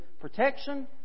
protection